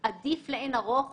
שנראתה בעינינו חמורה,